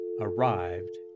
arrived